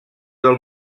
del